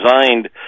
designed